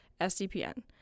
sdpn